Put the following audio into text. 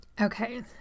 Okay